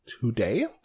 today